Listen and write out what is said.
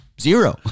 zero